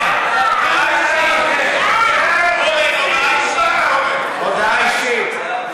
לא שמעת את המשטרה, אורן, הודעה אישית.